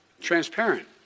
transparent